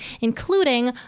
including